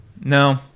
No